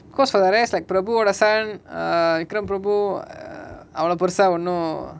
cause for the rest like prabu வோட:voda son ah vikramprabu err அவளோ பெருசா ஒன்னு:avalo perusa onnu